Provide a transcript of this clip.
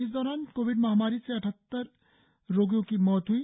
इस दौरान कोविड महामारी से अद्रहत्तर रोगियों की मौत हुई